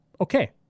okay